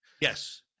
Yes